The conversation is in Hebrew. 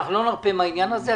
אנחנו לא נרפה מהעניין הזה.